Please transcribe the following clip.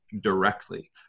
directly